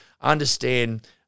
understand